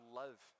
love